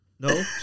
No